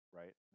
right